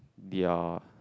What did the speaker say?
their